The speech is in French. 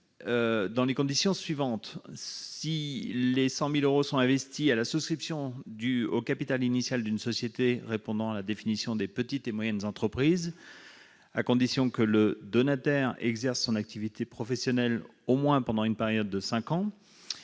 dans les conditions suivantes : soit si les 100 000 euros sont investis à la souscription au capital initial d'une société répondant à la définition des petites et moyennes entreprises, à condition que le donateur exerce son activité professionnelle, au moins pendant une période de cinq ans